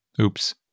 Oops